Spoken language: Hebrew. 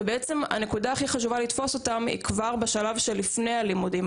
והנקודה החשובה ביותר היא לתפוס אותם כבר בשלב של לפני הלימודים,